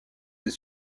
des